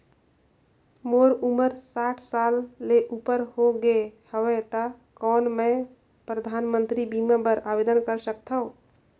मोर उमर साठ साल ले उपर हो गे हवय त कौन मैं परधानमंतरी बीमा बर आवेदन कर सकथव?